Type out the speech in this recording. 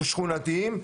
שכונתיים,